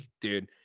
dude